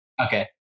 Okay